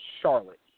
Charlotte